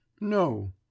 No